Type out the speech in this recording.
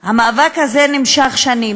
המאבק הזה נמשך שנים,